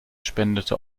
spendete